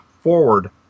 forward